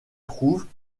trouvent